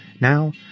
Now